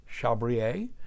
Chabrier